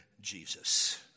Jesus